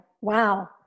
Wow